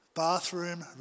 bathroom